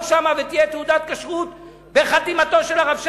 שם ותהיה תעודת כשרות בחתימתו של הרב שיינין,